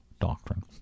Doctrine